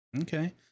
okay